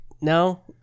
No